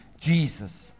Jesus